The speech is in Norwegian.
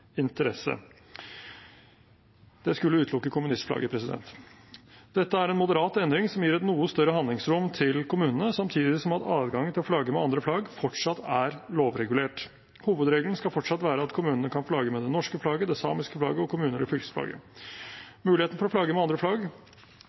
interesse. – Det skulle utelukke kommunistflagget. Dette er en moderat endring som gir et noe større handlingsrom til kommunene, samtidig som adgangen til å flagge med andre flagg fortsatt er lovregulert. Hovedregelen skal fortsatt være at kommunene kan flagge med det norske flagget, det samiske flagget og kommune- eller fylkesflagget.